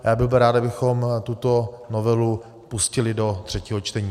A byl bych rád, abychom tuto novelu pustili do třetího čtení.